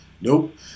Nope